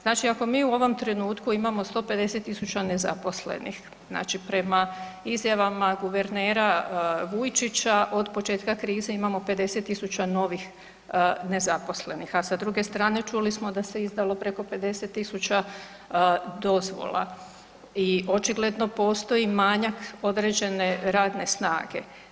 Znači ako mi u ovom trenutku imamo 150 000 nezaposlenih, znači prema izjavama guvernera Vujčića, od početka krize imamo 50 000 nezaposlenih a sa druge strane čuli smo da se izdalo preko 50 000 dozvola i očigledno postoji manjak određene radne snage.